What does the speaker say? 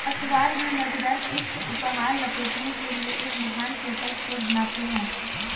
अख़बार में मज़ेदार पृष्ठ उपहार लपेटने के लिए एक महान पेपर स्रोत बनाते हैं